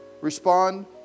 Respond